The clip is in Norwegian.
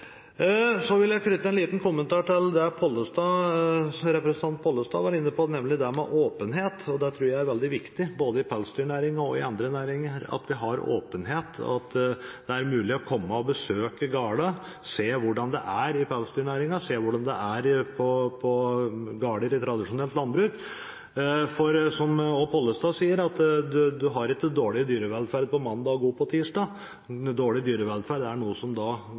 Så vil jeg knytte en liten kommentar til det representanten Pollestad var inne på, nemlig det med åpenhet. Jeg tror det er veldig viktig – både i pelsdyrnæringen og i andre næringer – at vi har åpenhet, og at det er mulig å komme og besøke gårder og se hvordan det er i pelsdyrnæringen, og se hvordan det er på gårder i tradisjonelt landbruk. Og representanten Pollestad sier at en har ikke dårlig dyrevelferd på mandag og god på tirsdag. Dårlig dyrevelferd er noe som